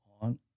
on